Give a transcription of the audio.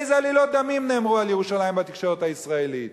אילו עלילות דמים נאמרו על ירושלים בתקשורת הישראלית.